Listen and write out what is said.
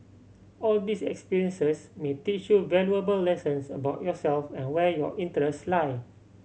all these experiences may teach you valuable lessons about yourself and where your interests lie